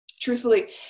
Truthfully